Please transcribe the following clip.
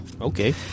Okay